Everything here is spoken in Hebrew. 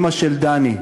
אימא של דני,